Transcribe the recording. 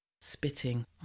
spitting